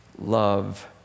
love